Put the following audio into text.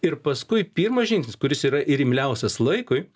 ir paskui pirmas žingsnis kuris yra ir imliausias laikui